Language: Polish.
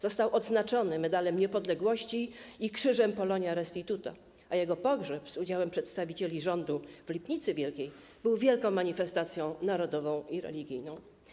Został odznaczony Medalem Niepodległości i Krzyżem Polonia Restituta, a jego pogrzeb z udziałem przedstawicieli rządu w Lipnicy Wielkiej był wielką manifestacją narodową i religijną.